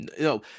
No